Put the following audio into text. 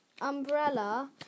Umbrella